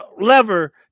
lever